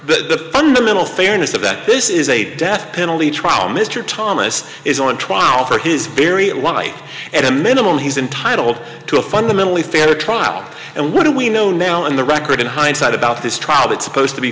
the fundamental fairness of that this is a death penalty trial mr thomas is on trial for his very it one night at a minimum he's entitled to a fundamentally fair trial and what do we know now in the record in hindsight about this trial that supposed to be